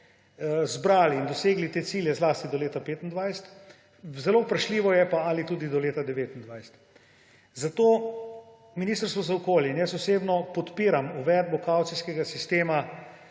zbrali in dosegli te cilje zlasti do leta 2025, zelo vprašljivo je pa, ali tudi do leta 2029. Zato Ministrstvo za okolje in jaz osebno podpiram uvedbo kavcijskega sistema